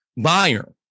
buyer